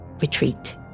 retreat